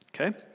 Okay